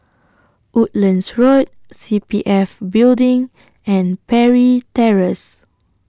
Woodlands Road C P F Building and Parry Terrace